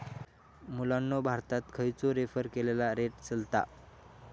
मुलांनो भारतात खयचो रेफर केलेलो रेट चलता?